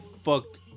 fucked